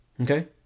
Okay